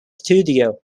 studio